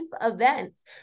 events